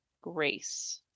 grace